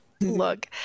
Look